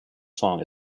song